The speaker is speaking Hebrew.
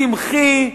צמחי,